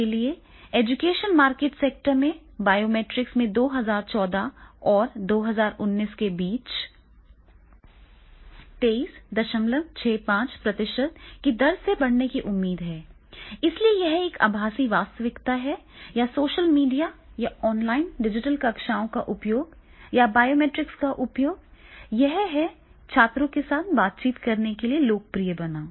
TechNavio के लिए education market sector में बायोमेट्रिक्स के 2014 और 2019 के बीच 2365 प्रतिशत की दर से बढ़ने की उम्मीद है इसलिए यह एक आभासी वास्तविकता है या सोशल मीडिया या ऑनलाइन डिजिटल कक्षाओं का उपयोग या बायोमेट्रिक्स का उपयोग यह है छात्रों के साथ बातचीत करने के लिए लोकप्रिय बनें